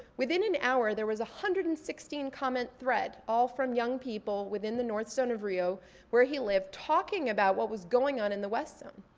within an hour, there was a one hundred and sixteen comment thread, all from young people within the north zone of rio where he lived, talking about what was going on in the west zone.